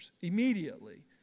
Immediately